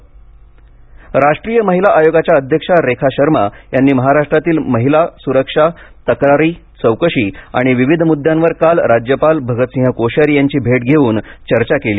महिला आयोग राष्ट्रीय महिला आयोगाच्या अध्यक्षा रेखा शर्मा महाराष्ट्रातील महिला सुरक्षा तक्रारी चौकशी आणि विविध मुद्द्यांवर काल राज्यपाल भगतसिंह कोश्यारी यांची भेट घेवून चर्चा केली